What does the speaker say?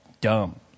dumb